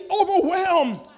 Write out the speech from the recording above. overwhelmed